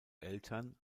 eltern